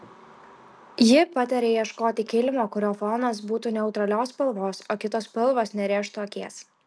ji pataria ieškoti kilimo kurio fonas būtų neutralios spalvos o kitos spalvos nerėžtų akies